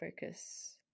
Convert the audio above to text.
focus